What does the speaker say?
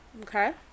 Okay